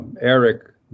Eric